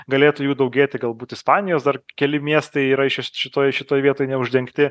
galėtų jų daugėti galbūt ispanijos dar keli miestai yra iš čia šitoj šitoj vietoj neuždengti